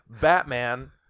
Batman